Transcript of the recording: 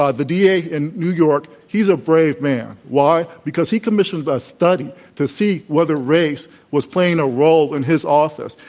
ah the d. a. in new york, he's a brave man. why? because he commissioned ah a study to see whether race was playing a role in his office,